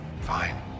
Fine